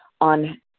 on